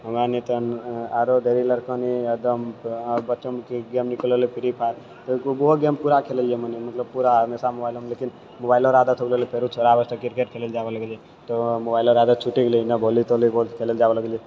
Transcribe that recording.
हमरा नइ तऽ आरो देरी लए कनि एकदम आओर बचपनमे गेमो खेलैलेल फ्री फात कतबो गेम पूरा खेललियै मने मतलब पूरा हमेशा मोबाइलोमे मोबाइलो रऽ आदत भए गेलै फेरो छोड़ाबै लऽ क्रिकेट खेलै लअ जाबऽ लगलियै तऽ मोबाइलो रऽ आदत छुइटे गेलै भोलि तोली बौल खेलैल जाबे लगलियै